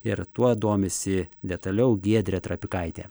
ir tuo domisi detaliau giedrė trapikaitė